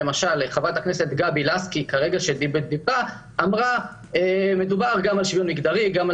גברת הכנסת גבי לסקי אמר שמדובר גם וגם.